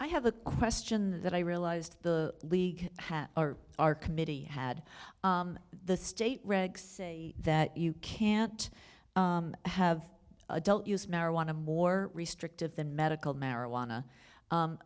i have a question that i realized the league has our committee had the state regs say that you can't have adult use marijuana more restrictive than medical marijuana